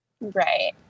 Right